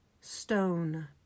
stone